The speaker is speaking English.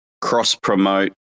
cross-promote